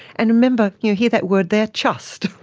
and remember, you hear that word there, just.